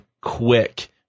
quick